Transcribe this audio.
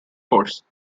course